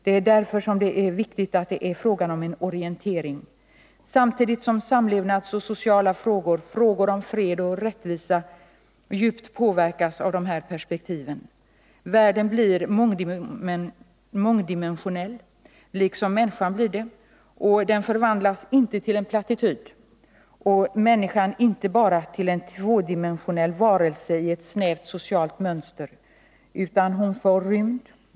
Det är därför viktigt att det är fråga om en orientering, samtidigt som samlevnadsfrågor och sociala spörsmål, frågor om fred och rättvisa djupt påverkas av dessa perspektiv. Världen blir liksom människan mångdimensionell och förvandlas inte till en plattityd och människan inte bara till en tvådimensionell varelse i ett snävt socialt mönster, utan hon får rymd.